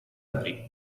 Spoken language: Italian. aprì